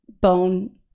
bone